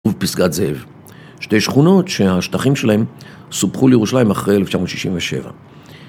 ופסקת זאב, שתי שכונות שהשטחים שלהם סופחו לירושלים אחרי 1967.